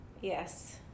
yes